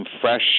fresh